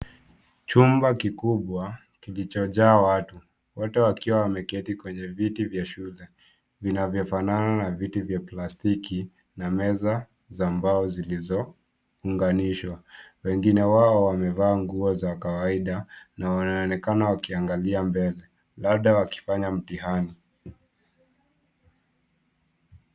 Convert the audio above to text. Chumba kikubwa kilichojaa watu, wote wakiwa wameketi kwenye viti vya shule vinavyofanana na viti vya plastiki, na meza za mbao zilizounganishwa. Wengine wao wamevaa nguo za kawaida na wanaonekana wakiangalia mbele, labda wakifanya mtihani.